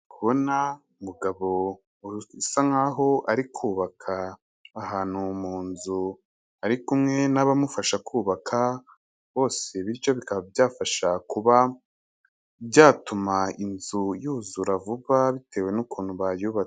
Kubona mugabosa nkaho ari kubaka ahantu mu nzu ari kumwe n'abamufasha kubaka bose bityo bikaba byafasha kuba byatuma inzu yuzura vuba bitewe n'ukuntu bayubatse.